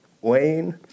Wayne